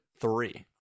three